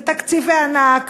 זה תקציבי ענק,